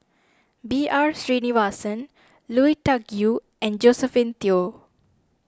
B R Sreenivasan Lui Tuck Yew and Josephine Teo